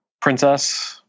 Princess